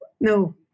no